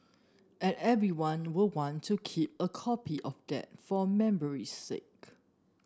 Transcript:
and everyone will want to keep a copy of that for memory's sake